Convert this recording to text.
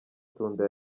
tunda